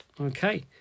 okay